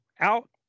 Out